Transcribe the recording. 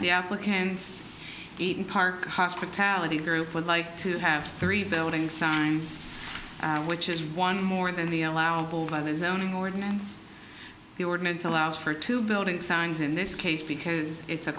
the applicants eight and park hospitality group would like to have three building signs which is one more than the allowable by the zoning ordinance the ordinance allows for two building signs in this case because it's a